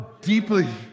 deeply